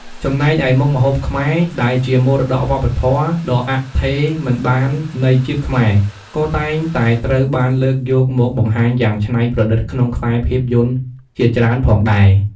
ចំណែកឯមុខម្ហូបខ្មែរ ដែលជាមរតកវប្បធម៌ដ៏អថេរមិនបាននៃជាតិខ្មែរ ក៏តែងតែត្រូវបានលើកយកមកបង្ហាញយ៉ាងឆ្នៃប្រឌិតក្នុងខ្សែភាពយន្តជាច្រើនផងដែរ។